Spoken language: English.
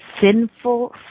sinful